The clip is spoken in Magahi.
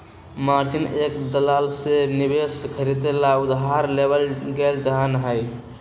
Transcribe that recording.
मार्जिन एक दलाल से निवेश खरीदे ला उधार लेवल गैल धन हई